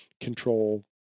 control